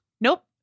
Nope